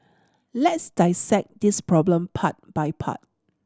let's dissect this problem part by part